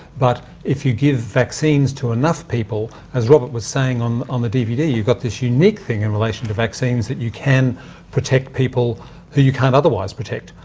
but if you give vaccines to enough people, as robert was saying on on the dvd, you've got this unique thing in relation to vaccines that you can protect people who you can't otherwise protect,